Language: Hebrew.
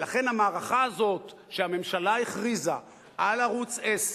ולכן המערכה הזאת, שהממשלה הכריזה על ערוץ-10